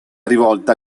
rivolta